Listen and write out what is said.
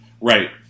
Right